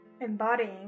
embodying